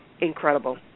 Incredible